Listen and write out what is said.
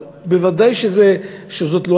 אבל ודאי שזאת לא